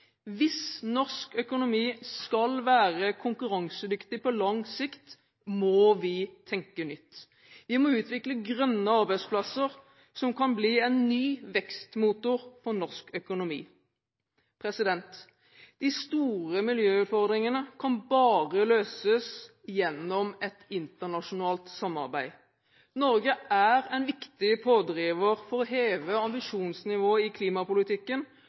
Hvis norsk økonomi skal være konkurransedyktig på lang sikt, må vi tenke nytt. Vi må utvikle grønne arbeidsplasser som kan bli en ny vekstmotor for norsk økonomi. De store miljøutfordringene kan bare løses gjennom et internasjonalt samarbeid. Norge er en viktig pådriver for å heve ambisjonsnivået i klimapolitikken